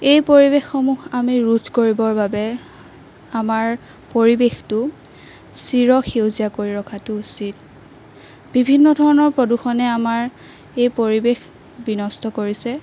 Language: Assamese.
এই পৰিৱেশসমূহ আমি ৰোধ কৰিবৰ বাবে আমাৰ পৰিৱেশটো চিৰ সেউজীয়া কৰি ৰখাটো উচিত বিভিন্ন ধৰণৰ প্ৰদূষণে আমাৰ এই পৰিৱেশ বিনষ্ট কৰিছে